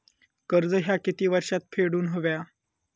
कर्ज ह्या किती वर्षात फेडून हव्या?